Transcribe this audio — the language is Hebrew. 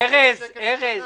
בעצם,